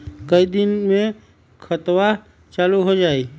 कई दिन मे खतबा चालु हो जाई?